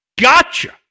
gotcha